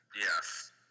Yes